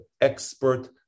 expert